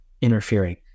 interfering